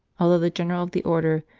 although the general of the order,